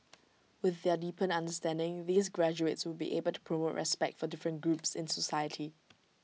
with their deepened understanding these graduates would be able to promote respect for different groups in society